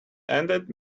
ended